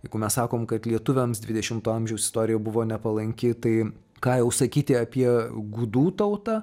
jeigu mes sakom kad lietuviams dvidešimto amžių istorija buvo nepalanki tai ką jau sakyti apie gudų tautą